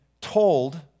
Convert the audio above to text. told